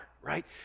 right